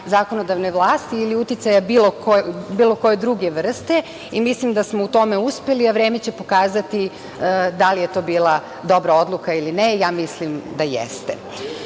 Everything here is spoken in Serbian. zakonodavne vlasti ili uticaja bilo koje druge vrste i mislim da smo u tome uspeli, a vreme će pokazati da li je to bila dobra odluka ili ne. Ja mislim da jeste. Vi